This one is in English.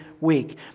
week